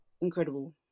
incredible